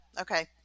Okay